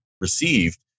received